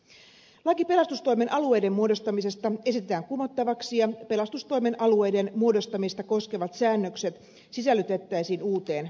laki pelastustoimen alueiden muodostamisesta esitetään kumottavaksi ja pelastustoimen alueiden muodostamista koskevat säännökset sisällytettäisiin uuteen pelastuslakiin